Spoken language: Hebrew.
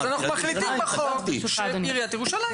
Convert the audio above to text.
אנחנו מחליטים בחוק שעיריית ירושלים.